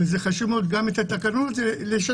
וחשוב מאוד גם את התקנון הזה לשנות.